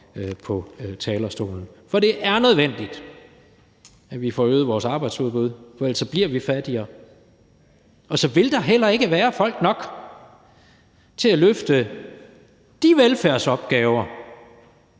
på talerstolen. Det er nødvendigt, at vi får øget vores arbejdsudbud, for ellers bliver vi fattigere, og så vil der heller ikke være folk nok til at løfte de velfærdsopgaver,